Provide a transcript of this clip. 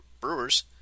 Brewers